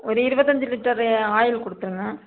ஒரு இருபத்தஞ்சி litre oil கொடுத்துருங்க